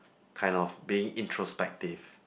kind of being introspective